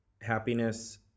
happiness